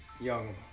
Young